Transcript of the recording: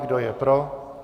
Kdo je pro?